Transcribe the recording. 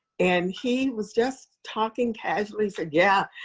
and he was just talking casually said, yeah,